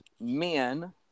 men